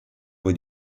poi